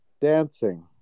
Dancing